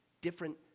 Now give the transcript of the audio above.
different